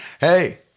Hey